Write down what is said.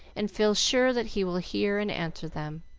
and feel sure that he will hear and answer them.